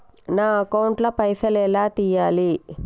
నా అకౌంట్ ల పైసల్ ఎలా తీయాలి?